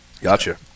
Gotcha